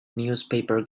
newspaper